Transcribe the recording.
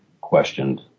questioned